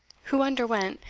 who underwent,